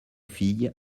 filles